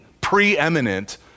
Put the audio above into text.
preeminent